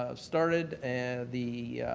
ah started and the